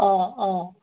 অঁ অঁ